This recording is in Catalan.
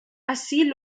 ací